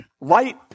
Light